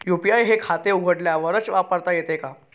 UPI हे खाते उघडल्यावरच वापरता येते का?